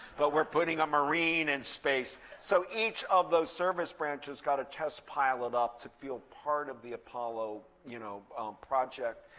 but we're putting a marine in space. so each of those service branches got a test pilot up to feel part of the apollo you know project.